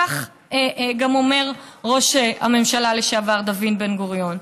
כך גם אמר ראש הממשלה לשעבר דוד בן-גוריון.